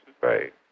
right